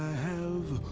have